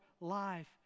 life